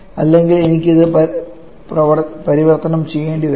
അല്ലെങ്കിൽ എനിക്ക് ഇത് പരിവർത്തനം ചെയ്യേണ്ടിവരും